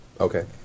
Okay